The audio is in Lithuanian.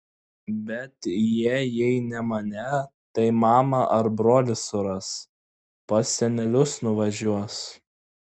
bet jie jei ne mane tai mamą ar brolį suras pas senelius nuvažiuos